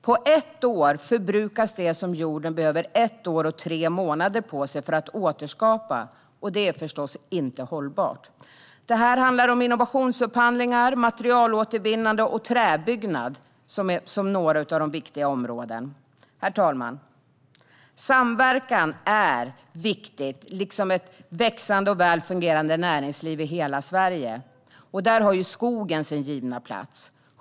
På ett år förbrukas det som jorden behöver ett år och tre månader på sig för att återskapa, och det är förstås inte hållbart. Här är innovationsupphandlingar, materialåtervinning och träbyggnad några viktiga områden. Herr talman! Samverkan är viktigt liksom ett växande och väl fungerande näringsliv i hela Sverige. Här har skogen sin givna plats.